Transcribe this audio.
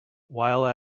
while